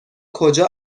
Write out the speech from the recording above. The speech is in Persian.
کجا